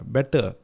Better